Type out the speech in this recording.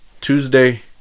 Tuesday